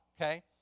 Okay